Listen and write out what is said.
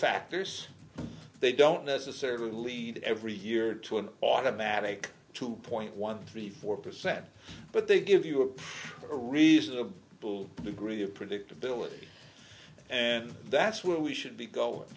factors they don't necessarily lead every year to an automatic two point one three four percent but they give you a reasonable full degree of predictability and that's where we should be go